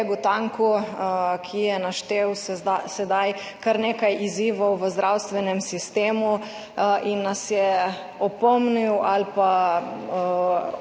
ki je naštel sedaj kar nekaj izzivov v zdravstvenem sistemu in nas je opomnil ali pa